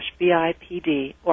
BIPD